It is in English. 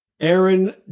Aaron